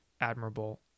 admirable